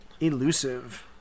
Elusive